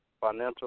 Financial